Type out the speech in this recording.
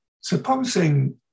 supposing